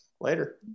later